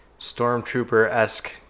Stormtrooper-esque